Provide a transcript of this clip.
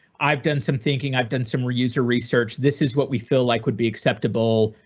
i've done some thinking. i've done some re user research. this is what we feel like would be acceptable.